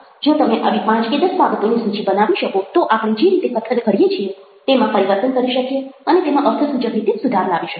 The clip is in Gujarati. જો તમે આવી 5 કે 10 બાબતોની સૂચિ બનાવી શકો તો આપણે જે રીતે કથન કરીએ છીએ તેમાં પરિવર્તન કરી શકીએ અને તેમાં અર્થસૂચક રીતે સુધાર લાવી શકીએ